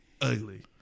ugly